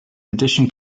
addition